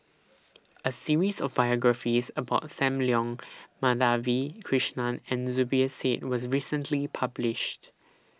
A series of biographies about SAM Leong Madhavi Krishnan and Zubir Said was recently published